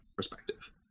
perspective